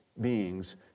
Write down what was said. beings